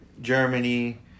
Germany